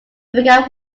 began